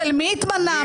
של מי התמנה,